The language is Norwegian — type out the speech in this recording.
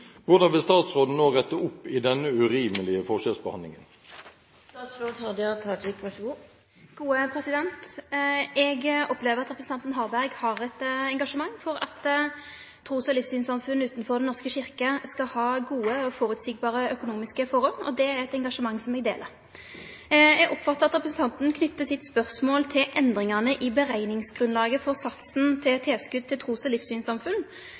vil statsråden nå rette opp i denne urimelige forskjellsbehandlingen?» Eg opplever at representanten Harberg har eit engasjement for at trus- og livssynssamfunn utanfor Den norske kyrkja skal ha gode og føreseielege økonomiske forhold, og det er eit engasjement som eg deler. Eg oppfattar at representanten knyter sitt spørsmål til endringane i berekningsgrunnlaget for satsen til tilskot til trus- og livssynssamfunn,